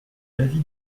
l’avis